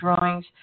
drawings